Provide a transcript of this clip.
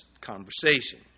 conversation